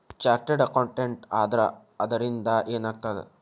Chartered accountant ಆದ್ರ ಅದರಿಂದಾ ಏನ್ ಆಗ್ತದ?